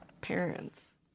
parents